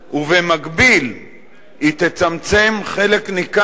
ובמקביל היא תצמצם חלק ניכר